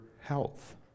health